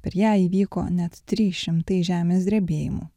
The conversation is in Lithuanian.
per ją įvyko net trys šimtai žemės drebėjimų